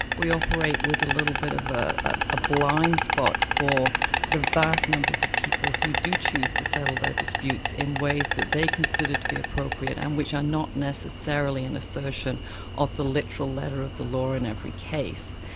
we operate with a little bit of of ah a blind spot for the vast numbers of people who do choose to settle their disputes in ways that they consider to be appropriate, and which are not necessarily an assertion of the literal letter of the law in every case.